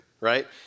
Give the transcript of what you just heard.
right